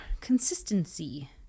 consistency